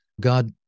God